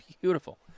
beautiful